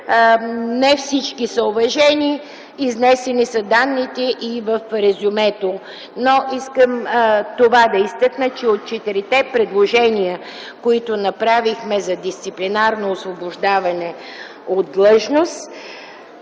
Не всички са уважени. Изнесени са данните и в резюмето. Искам да изтъкна, че от четирите предложения, които направихме за дисциплинарно освобождаване от длъжност,